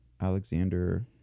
Alexander